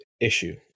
issue